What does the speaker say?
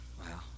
Wow